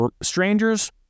strangers